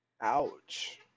Ouch